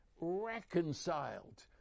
reconciled